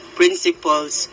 principles